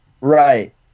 Right